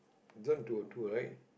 this one to a two right